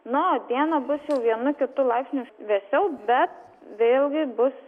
na o dieną bus jau vienu kitu laipsniu vėsiau bet vėl gi bus